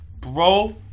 bro